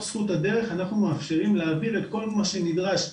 זכות הדרך אנחנו מאפשרים להעביר את כל מה שנדרש.